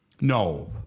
No